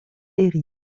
herri